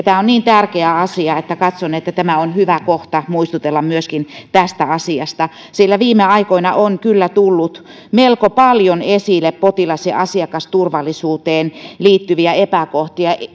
tämä on niin tärkeä asia että katson että tämä on hyvä kohta muistutella myöskin tästä asiasta sillä viime aikoina on kyllä tullut melko paljon esille potilas ja asiakasturvallisuuteen liittyviä epäkohtia